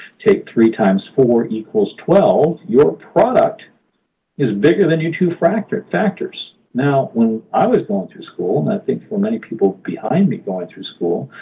take three times four equals twelve your product is bigger than your two factors. now, when i was going to school? and i think for many people behind me going through school?